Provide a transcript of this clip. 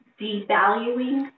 devaluing